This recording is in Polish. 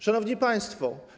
Szanowni Państwo!